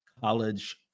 college